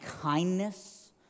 kindness